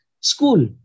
school